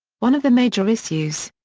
one of the major issues.